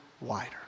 wider